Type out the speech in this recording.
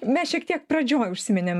mes šiek tiek pradžioj užsiminėm